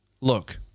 look